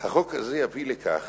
הזה יביא לכך